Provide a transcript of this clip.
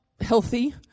healthy